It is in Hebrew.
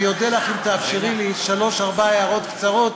אני אודה לך אם תאפשרי לי שלוש-ארבע הערות קצרות